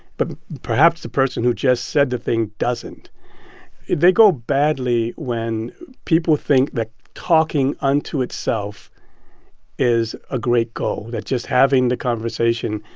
but perhaps the person who just said that thing doesn't they go badly when people think that talking unto itself is a great goal, that just having the conversation,